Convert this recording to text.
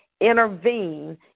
intervene